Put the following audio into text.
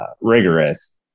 rigorous